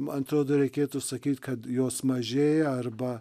mantrodo reikėtų sakyt kad jos mažėja arba